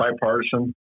bipartisan